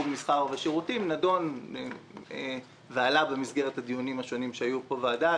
מסחר או בשירותים נדונה ועלתה במסגרת הדיונים השונים שהיו פה בוועדה,